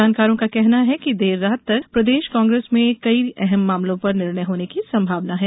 जानकारों का कहना है कि देर रात तक प्रदेश कांग्रेस में कई अहम मामलों पर निर्णय होने की संभावना है